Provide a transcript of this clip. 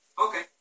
Okay